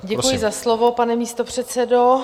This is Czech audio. Děkuji za slovo, pane místopředsedo.